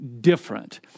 different